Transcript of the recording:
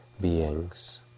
beings